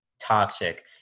toxic